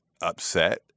upset